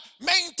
maintain